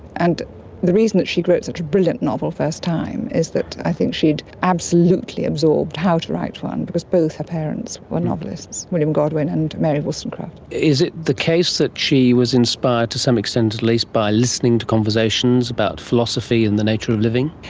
and the reason that she wrote such a brilliant novel first time is that i think she had absolutely absorbed how to write one because both her parents were novelists, william godwin and mary wollstonecraft. is it the case that she was inspired, to some extent at least, by listening to conversations about philosophy and the nature of living?